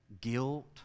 Guilt